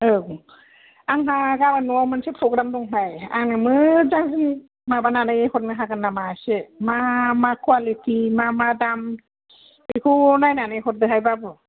औ आंंहा गाबोन न'आव मोनसे प्रग्राम दंहाय आंनो मोजां माबानानै हरनो हागोन नामा एसे मा मा कुवालिटि मा मा दाम बेखौ नायनानै हरदोहाय बाबु